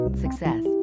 success